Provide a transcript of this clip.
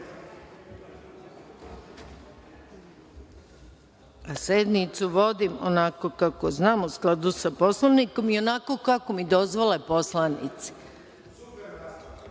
nešto. Sednicu vodim onako kako znam, u skladu sa Poslovnikom, i onako kako mi dozvole poslanici.(Zoran